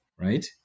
right